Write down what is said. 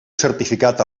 certificat